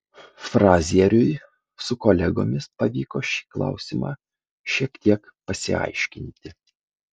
frazieriui su kolegomis pavyko šį klausimą šiek tiek pasiaiškinti